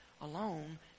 alone